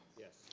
yes.